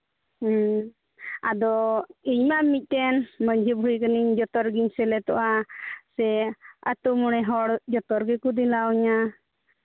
ᱦᱮᱸ ᱟᱫᱚ ᱤᱧᱸᱢᱟ ᱢᱤᱫᱴᱮᱱ ᱢᱟᱺᱡᱷᱤ ᱵᱩᱲᱦᱤ ᱠᱟᱹᱱᱟᱹᱧ ᱡᱚᱛᱚᱨᱮᱜᱮᱧ ᱥᱮᱞᱮᱫᱚᱜᱼᱟ ᱥᱮ ᱟᱛᱳ ᱢᱚᱬᱮ ᱦᱚᱲ ᱡᱚᱛᱚ ᱨᱮᱜᱮ ᱠᱚ ᱫᱮᱞᱟ ᱤᱧᱟᱹ